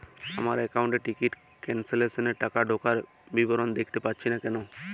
আমার একাউন্ট এ ticket cancellation এর টাকা ঢোকার বিবরণ দেখতে পাচ্ছি না কেন?